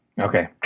Okay